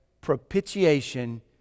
propitiation